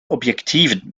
objektiven